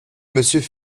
monsieur